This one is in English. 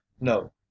no